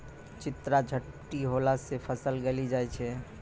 चित्रा झपटी होला से फसल गली जाय छै?